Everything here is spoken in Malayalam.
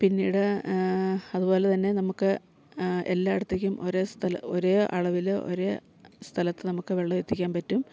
പിന്നീട് അതുപോലെ തന്നെ നമുക്ക് എല്ലായിടത്തേക്കും ഒരേ സ്ഥല ഒരേ അളവില് ഒരേ സ്ഥലത്ത് നമുക്ക് വെള്ളം എത്തിക്കാൻ പറ്റും